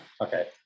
Okay